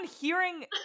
hearing